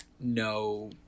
no